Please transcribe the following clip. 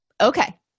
okay